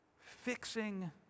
Fixing